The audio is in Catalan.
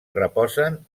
reposen